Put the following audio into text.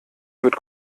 wird